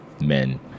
men